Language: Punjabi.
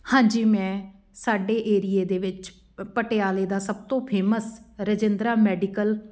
ਹਾਂਜੀ ਮੈਂ ਸਾਡੇ ਏਰੀਏ ਦੇ ਵਿੱਚ ਪਟਿਆਲੇ ਦਾ ਸਭ ਤੋਂ ਫੇਮਸ ਰਜਿੰਦਰਾ ਮੈਡੀਕਲ